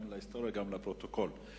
גם להיסטוריה וגם לפרוטוקול.